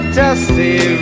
dusty